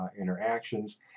interactions